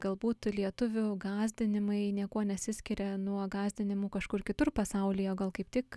galbūt lietuvių gąsdinimai niekuo nesiskiria nuo gąsdinimų kažkur kitur pasaulyje o gal kaip tik